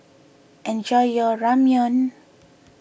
enjoy your Ramyeon